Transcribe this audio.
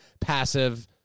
passive